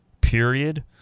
Period